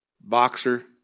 boxer